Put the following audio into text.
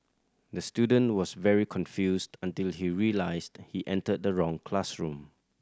the student was very confused until he realised he entered the wrong classroom